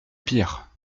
pires